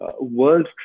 world